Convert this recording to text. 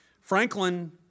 Franklin